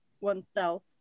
oneself